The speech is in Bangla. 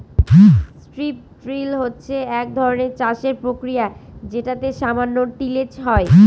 স্ট্রিপ ড্রিল হচ্ছে এক ধরনের চাষের প্রক্রিয়া যেটাতে সামান্য টিলেজ হয়